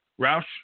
Roush